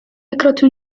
فكرة